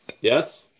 yes